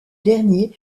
dernier